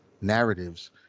narratives